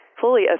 fully